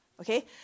okay